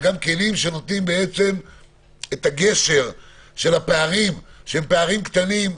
כלים שמגשרים על הפערים הקטנים,